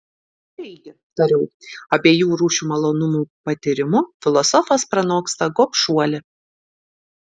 taigi tariau abiejų rūšių malonumų patyrimu filosofas pranoksta gobšuolį